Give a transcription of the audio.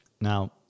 Now